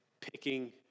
picking